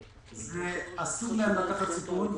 אסור להם לקחת סיכון,